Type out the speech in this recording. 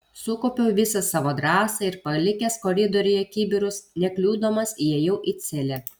sukaupiau visą savo drąsą ir palikęs koridoriuje kibirus nekliudomas įėjau į celę